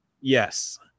yes